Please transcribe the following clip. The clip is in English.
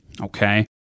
Okay